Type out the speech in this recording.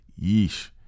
Yeesh